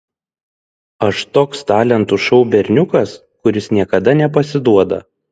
aš toks talentų šou berniukas kuris niekada nepasiduoda